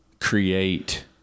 create